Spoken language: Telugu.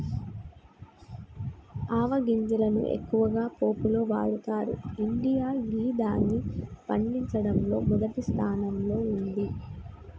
ఆవ గింజలను ఎక్కువగా పోపులో వాడతరు ఇండియా గిదాన్ని పండించడంలో మొదటి స్థానంలో ఉంది